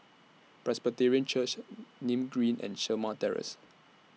Presbyterian Church Nim Green and Shamah Terrace